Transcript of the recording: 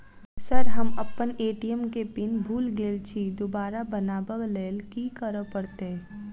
Sir हम अप्पन ATM केँ पिन भूल गेल छी दोबारा बनाब लैल की करऽ परतै?